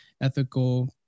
ethical